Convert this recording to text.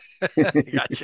Gotcha